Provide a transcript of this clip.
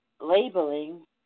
labeling